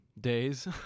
days